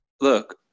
look